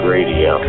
Radio